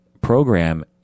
program